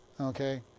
Okay